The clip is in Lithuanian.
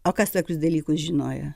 o kas tokius dalykus žinojo